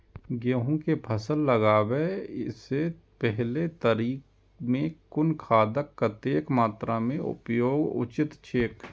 गेहूं के फसल लगाबे से पेहले तरी में कुन खादक कतेक मात्रा में उपयोग उचित छेक?